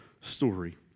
story